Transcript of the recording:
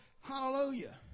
hallelujah